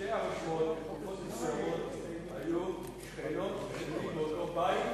שתי הרושמות בתקופות מסוימות היו שכנות שלי באותו בית,